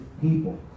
people